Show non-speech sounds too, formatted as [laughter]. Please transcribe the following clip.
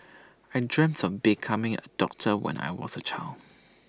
[noise] I dreamt of becoming A doctor when I was A child